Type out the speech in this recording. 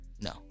No